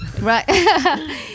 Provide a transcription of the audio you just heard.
Right